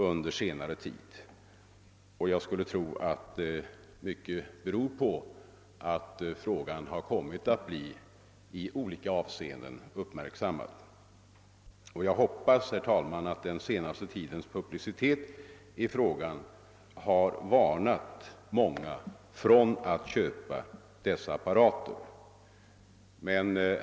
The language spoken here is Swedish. Jag tror att orsaken till stor del är att frågan uppmärksammats i olika sammanhang, och jag hoppas att den senaste tidens publicitet inneburit att många varnats för att köpa apparater via hotellförsäljning.